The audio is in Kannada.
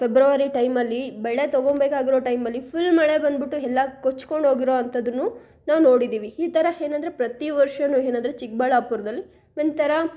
ಫೆಬ್ರವರಿ ಟೈಮಲ್ಲಿ ಬೆಳೆ ತಗೊಬೇಕಾಗಿರೊ ಟೈಮಲ್ಲಿ ಫುಲ್ ಮಳೆ ಬಂದುಬಿಟ್ಟು ಎಲ್ಲ ಕೊಚ್ಕೊಂಡು ಹೋಗಿರೊ ಅಂಥದ್ದನ್ನು ನಾವು ನೋಡಿದ್ದೀವಿ ಈ ಥರ ಏನಂದ್ರೆ ಪ್ರತಿ ವರ್ಷವೂ ಏನಂದ್ರೆ ಚಿಕ್ಬಳ್ಳಾಪುರದಲ್ಲಿ ಒಂತರಾ